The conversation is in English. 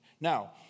Now